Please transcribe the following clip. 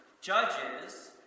judges